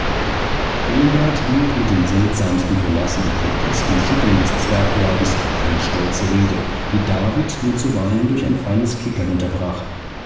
goliath hielt mit den seltsamsten grimassen und groteskem schütteln des zwergleibes eine stolze rede die david nur zuweilen durch ein feines kickern unterbrach